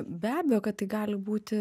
be abejo kad tai gali būti